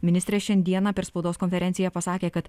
ministrė šiandieną per spaudos konferenciją pasakė kad